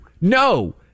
No